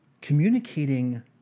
Communicating